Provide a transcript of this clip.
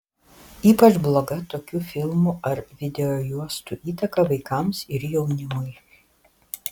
ypač bloga tokių filmų ar videojuostų įtaka vaikams ir jaunimui